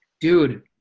Dude